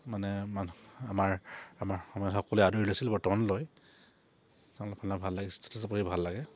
মানে মানুহ আমাৰ আমাৰ সমাজ সকলে আদৰি লৈছিল বৰ্তমানো লয় ভাল লাগে যথেষ্ট পঢ়ি ভাল লাগে